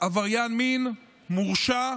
עבריין מין מורשע,